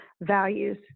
values